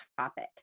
topic